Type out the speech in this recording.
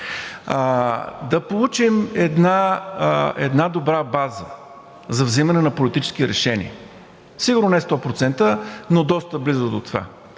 да получим една добра база за взимане на политически решения. Сигурно не е 100%, но доста близо до това.